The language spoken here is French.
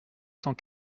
cent